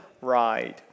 ride